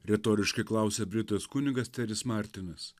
retoriškai klausia britas kunigas teris martinis